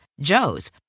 Joe's